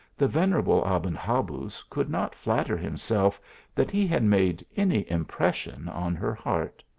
the venerable aben habuz could not flatter himself that he had made any impression on her heart.